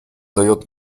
дает